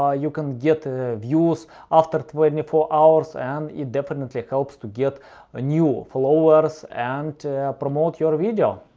ah you can get ah views after twenty four hours, and it definitely helps to get ah new followers and promote your video.